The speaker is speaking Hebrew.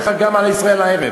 אני אומר לך גם על "ישראל הערב".